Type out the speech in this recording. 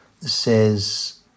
says